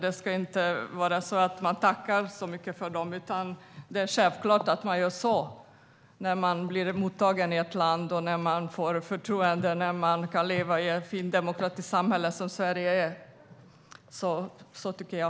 Vi ska inte behöva tacka dem så mycket för det, utan det är självklart att man gör så när man blir mottagen och får förtroendet att leva i ett fint, demokratiskt samhälle som Sverige är. Så tycker jag.